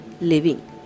living